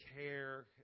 care